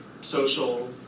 social